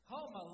Home